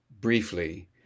briefly